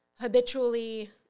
habitually